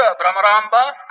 Brahmaramba